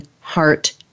heart